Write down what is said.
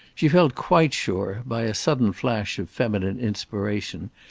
she felt quite sure, by a sudden flash of feminine inspiration,